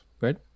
Right